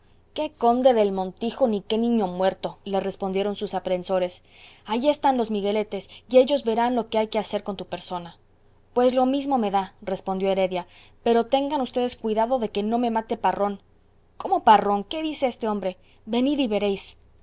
qué conde del montijo ni qué niño muerto ahí están los migueletes y ellos verán lo que hay que hacer con tu persona pues lo mismo me da respondió heredia pero tengan vds cuidado de que no me mate parrón cómo parrón qué dice este hombre venid y